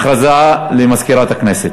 הכרזה למזכירת הכנסת.